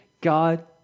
God